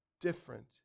different